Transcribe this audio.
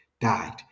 died